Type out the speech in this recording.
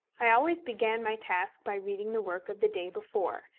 i always began my task by reading the work of the day before,